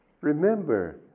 remember